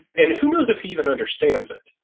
and who knows if he even understands it?